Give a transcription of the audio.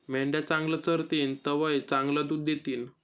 मेंढ्या चांगलं चरतीन तवय चांगलं दूध दितीन